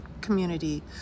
community